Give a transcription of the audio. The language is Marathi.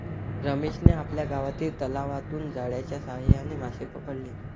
रमेशने आपल्या गावातील तलावातून जाळ्याच्या साहाय्याने मासे पकडले